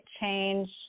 change